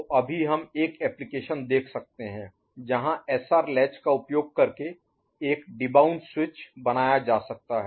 तो अभी हम एक एप्लीकेशन अनुप्रयोग देख सकते हैं जहां SR लैच का उपयोग करके एक डिबाउंस स्विच बनाया जा सकता है